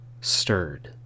stirred